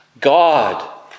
God